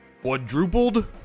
quadrupled